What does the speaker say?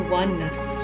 oneness